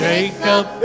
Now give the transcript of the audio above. Jacob